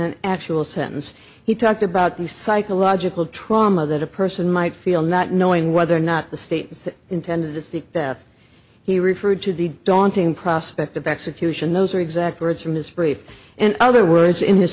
an actual sentence he talked about the psychological trauma that a person might feel not knowing whether or not the state's intended to seek death he referred to the daunting prospect of execution those are exact words from his brief and other words in his